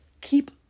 Keep